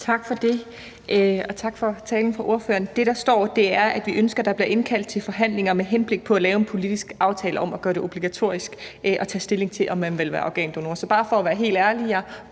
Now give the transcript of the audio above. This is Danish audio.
Tak for det. Og tak til ordføreren for talen. Det, der står, er, at vi ønsker, der bliver indkaldt til forhandlinger med henblik på at lave en politisk aftale om at gøre det obligatorisk at tage stilling til, om man vil være organdonor. Så det er bare for at være helt ærlig.